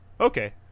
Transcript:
Okay